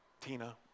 Tina